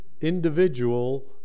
individual